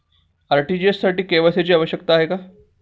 RTGS साठी KYC ची आवश्यकता आहे का?